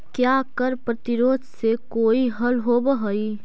क्या कर प्रतिरोध से कोई हल होवअ हाई